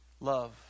love